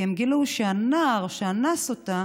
כי הם גילו שהנער שאנס אותה